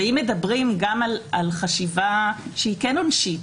אם מדברים על חשיבה שהיא כן עונשית,